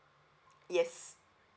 yes